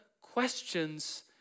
questions